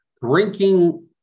Drinking